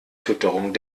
fütterung